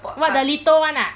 what the lito [one] ah